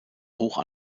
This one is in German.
hoch